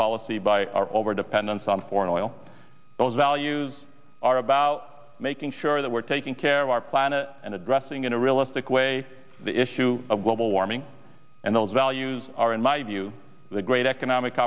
policy by our over dependence on foreign oil those values are about making sure that we're taking care of our planet and addressing in a realistic way the issue of global warming and those values are in my view the great economic